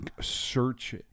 Search